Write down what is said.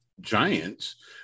Giants